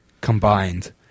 combined